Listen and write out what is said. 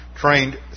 trained